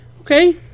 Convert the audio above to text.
okay